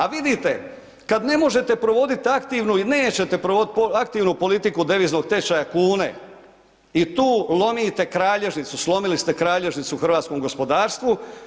A vidite kad ne možete provodit aktivnu i nećete provoditi aktivnu politiku deviznog tečaja kune i tu lomite kralježnicu, slomili ste kralježnicu hrvatskom gospodarstvu.